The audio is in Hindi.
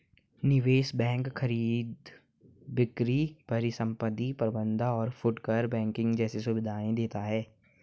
निवेश बैंक खरीद बिक्री परिसंपत्ति प्रबंध और फुटकर बैंकिंग जैसी सुविधायें देते हैं